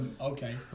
Okay